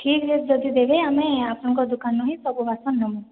ଠିକ ରେଟ୍ ଯଦି ଦେବେ ଆମେ ଆପଣଙ୍କ ଦୋକାନ୍ରୁ ହିଁ ସବୁ ବାସନ ନମୁଁ